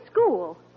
school